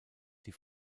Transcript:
die